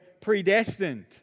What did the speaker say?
predestined